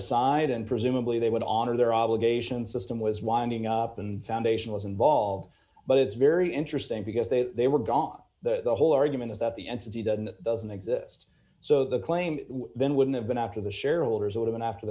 aside and presumably they went on of their obligations system was winding up and the foundation was involved but it's very interesting because they they were gone the whole argument is that the entity doesn't doesn't exist so the claim then wouldn't have been after the shareholders or even after